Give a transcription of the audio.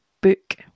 book